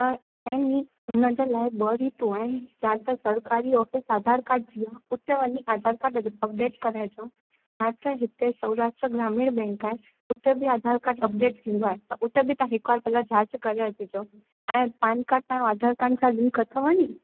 इन जे लाइ ॿ सीटूं आहिनि जाते सरकारी ऑफिस अधार कार्ड जी आहे उते वञी आधार कार्ड अपडेट कराए अचो या त हिते सौराष्ट्र ग्रामीण बैंक आहे उते बि आधार कार्ड अपडेट थींदो आहे त उते बि तव्हां हिकु बारु पहले जांच करे अचिजो ऐं पैन कार्ड तव्हांजो आधार कार्ड सां लिंक अथव नि